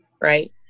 Right